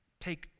take